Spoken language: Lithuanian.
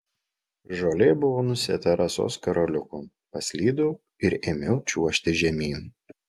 žolė buvo nusėta rasos karoliukų paslydau ir ėmiau čiuožti žemyn